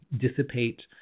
dissipate